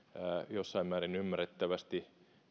jossain määrin ymmärrettävästi